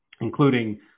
including